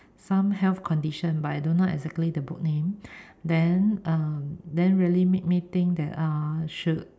some health condition but I don't know exactly the book name then um then really make me think that uh should